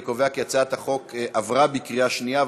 אני קובע כי הצעת החוק עברה בקריאה שנייה.